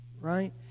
right